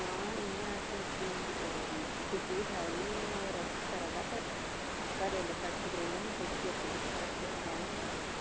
हां इ'यां असें उसी टिक्की बी खलाई ओड़ी इ'यां ओह् रेस्ट करा दा पर घरै गी लैते दा ठीक रौंह्दा निं तुस बी आपूं दिक्खी लैएओ नि सम्हाली लैएओ नि